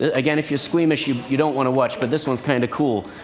ah again, if you're squeamish, you you don't want to watch. but this one's kind of cool.